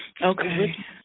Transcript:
Okay